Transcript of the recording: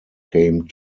came